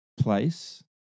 place